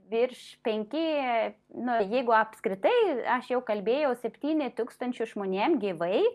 virš penki nu jeigu apskritai aš jau kalbėjau septyni tūkstančių žmonėms gyvai